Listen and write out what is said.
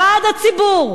בעד הציבור,